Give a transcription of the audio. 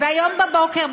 והיום בבוקר,